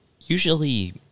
Usually